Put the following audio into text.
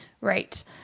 Right